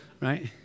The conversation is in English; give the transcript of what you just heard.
right